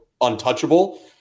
untouchable